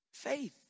faith